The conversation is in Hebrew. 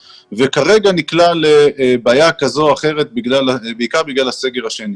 וכרגע הן נקלעו לבעיה כזו או אחרת בעיקר בגלל הסגר השני.